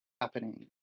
happening